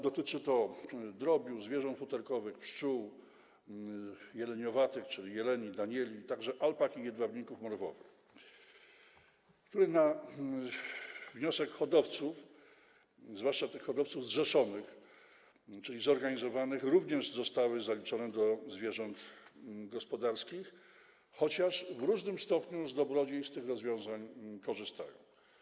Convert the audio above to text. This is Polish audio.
Dotyczy to drobiu, zwierząt futerkowych, pszczół, jeleniowatych, czyli jeleni, danieli, także alpak, i jedwabników morwowych, które na wniosek hodowców, zwłaszcza tych hodowców zrzeszonych, czyli zorganizowanych, również zostały zaliczone do zwierząt gospodarskich, chociaż w różnym stopniu z dobrodziejstw tych rozwiązań korzystają.